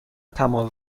تمام